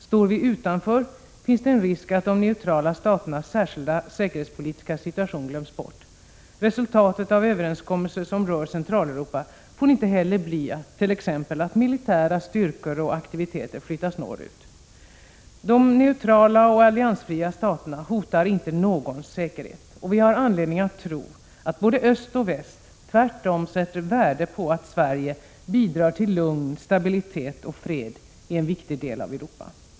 Står vi utanför finns risk för att de neutrala staternas särskilda säkerhetspolitiska situation glöms bort. Resultatet av överenskommelser som rör Centraleuropa får inte heller bli att t.ex. militära styrkor och aktiviteter flyttas norrut. De neutrala och alliansfria staterna hotar inte någons säkerhet. Vi har anledning att tro att både öst och väst tvärtom sätter värde på att Sverige bidrar till lugn, stabilitet och fred i en viktig del av Europa.